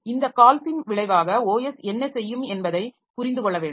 இந்த கால்ஸின் விளைவாக OS என்ன செய்யும் என்பதைப் புரிந்து கொள்ள வேண்டும்